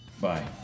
Bye